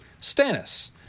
Stannis